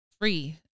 free